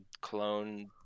clone